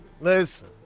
Listen